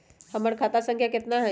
हमर खाता संख्या केतना हई?